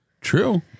True